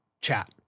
chat